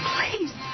Please